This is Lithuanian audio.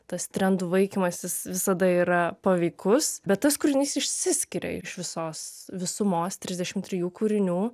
tas trendų vaikymasis visada yra paveikus bet tas kūrinys išsiskiria iš visos visumos trisdešimt trijų kūrinių